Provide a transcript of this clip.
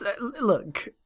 Look